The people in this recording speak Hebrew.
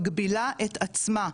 מגבילה את עצמה,